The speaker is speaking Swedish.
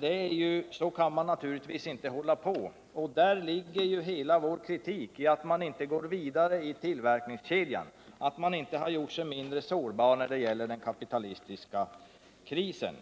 Det kan man naturligtvis inte hålla på med. Men hela vår kritik ligger ju i att man inte går vidare i tillverkningskejdan, att man inte har gjort sig mindre sårbar i förhållande till den kapitalistiska krisen.